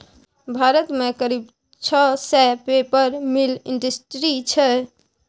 भारत मे करीब छह सय पेपर मिल इंडस्ट्री छै